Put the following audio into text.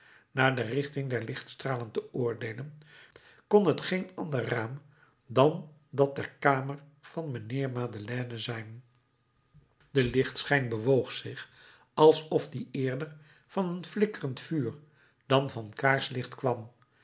naar de richting der lichtstralen te oordeelen kon het geen ander raam dan dat der kamer van mijnheer madeleine zijn de lichtschijn bewoog zich alsof die eerder van een flikkerend vuur dan van kaarslicht kwam